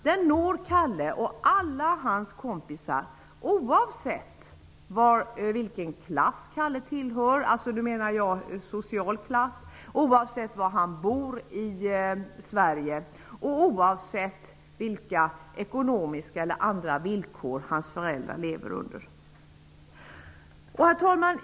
Den når Kalle och alla hans kompisar oavsett vilken socialgrupp de tillhör, var de bor och vilka ekonomiska och andra villkor deras föräldrar lever under. Herr talman!